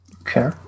Okay